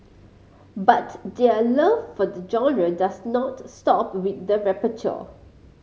but their love for the genre does not stop with the repertoire